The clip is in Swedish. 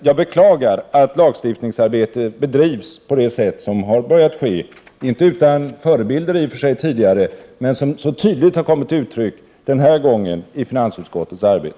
Jag beklagar att lagstiftningsarbete bedrivs på det sätt som nu har börjat ske — i och för sig inte utan tidigare förebilder — och som denna gång har kommit till så tydligt uttryck i finansutskottet.